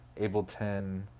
ableton